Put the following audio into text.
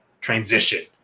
transition